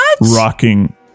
Rocking